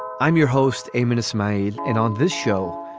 i'm your host, a minutes maid. and on this show,